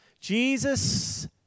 Jesus